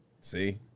See